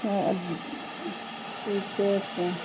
तऽ ठीके छै